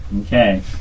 Okay